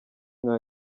nka